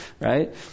right